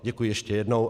Děkuji ještě jednou.